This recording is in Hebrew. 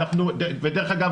ודרך אגב,